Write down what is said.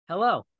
Hello